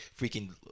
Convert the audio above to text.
freaking